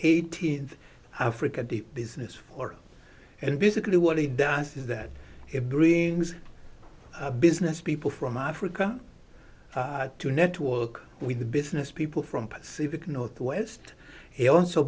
eighteenth africa deep business for and basically what he does is that it brings business people from africa to network with the business people from pacific northwest he also